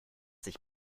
sich